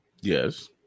Yes